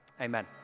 Amen